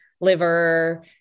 liver